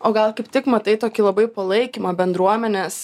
o gal kaip tik matai tokį labai palaikymą bendruomenės